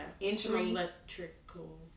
Electrical